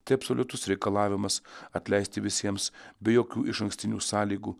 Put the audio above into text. tai absoliutus reikalavimas atleisti visiems be jokių išankstinių sąlygų